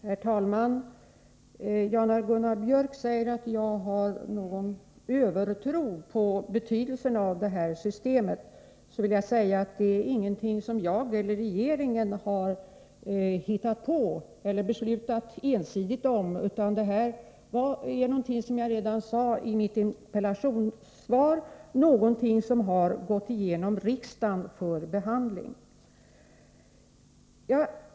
Herr talman! Gunnar Biörck i Värmdö säger att jag har en övertro på betydelsen av det här systemet. Jag vill då framhålla att detta inte är någonting som jag eller regeringen har hittat på eller ensidigt beslutat om, utan det har, som jag redan sagt i mitt interpellationssvar, gått igenom riksdagens behandling.